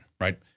right